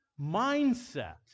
mindset